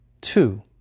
Two